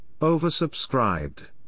Oversubscribed